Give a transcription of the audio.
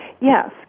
Yes